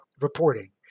reporting